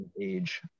age